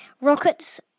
rockets